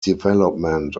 development